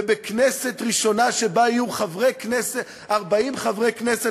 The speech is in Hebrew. ובכנסת ראשונה שבה יהיו 40 חברי כנסת